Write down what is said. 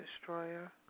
destroyer